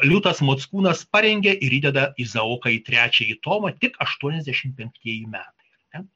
liūtas mockūnas parengia ir įdeda izaoką į trečiąjį tomą tik aštuoniasdešimt penktieji metai ar ne